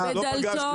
בדלתון